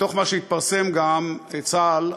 מתוך מה שהתפרסם, גם, צה"ל,